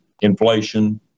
inflation